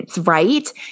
Right